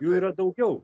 jų yra daugiau